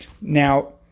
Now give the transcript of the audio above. Now